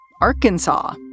Arkansas